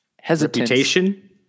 hesitation